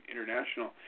International